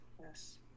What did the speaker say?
Yes